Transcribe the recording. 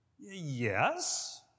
Yes